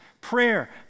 prayer